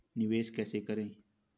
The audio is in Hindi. निवेश कैसे करें?